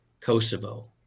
Kosovo